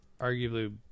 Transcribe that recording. arguably